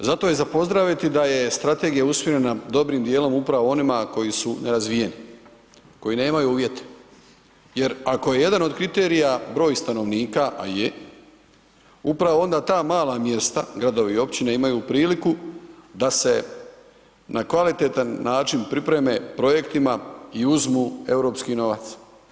Zato je za pozdraviti da je strategija usmjerena dobrim djelom upravo onima koji su nerazvijeni, koji nemaju uvjete jer ako je jedan od kriterija broj stanovnika, a je, upravo onda ta mala mjesta, gradovi i općine, imaju priliku da se na kvalitetan način pripreme projektima i uzmu europski novac.